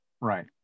Right